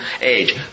age